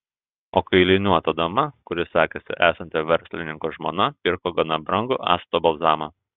o kailiniuota dama kuri sakėsi esanti verslininko žmona pirko gana brangų acto balzamą